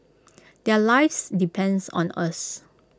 their lives depend on us